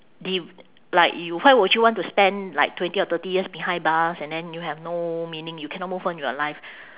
d~ like you why would you want to spend like twenty or thirty years behind bars and then you have no meaning you cannot move on with your life